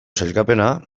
sailkapena